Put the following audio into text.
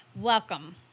Welcome